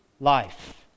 life